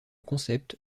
concept